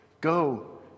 go